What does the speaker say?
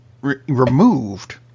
removed